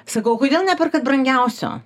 sakau o kodėl neperkat brangiausio